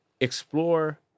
explore